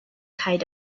kind